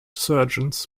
surgeons